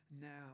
now